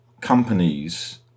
companies